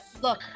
Look